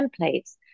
templates